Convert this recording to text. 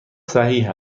صحیح